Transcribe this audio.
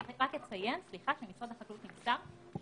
אני רק אציין שממשרד החקלאות נמסר שהם